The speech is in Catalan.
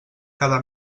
cada